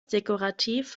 dekorativ